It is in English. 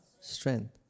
strength